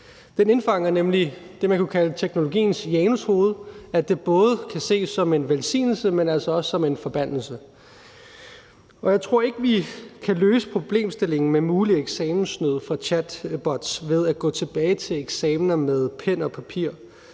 Den indfanger nemlig det, man kunne kalde teknologiens janushoved: at det både kan ses som en velsignelse, men altså også som en forbandelse. Jeg tror ikke, vi kan løse problemstillingen med mulig eksamenssnyd med chatbots ved at gå til tilbage til eksamener med pen og papir.